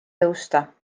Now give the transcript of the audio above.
tõusta